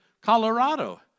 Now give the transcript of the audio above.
Colorado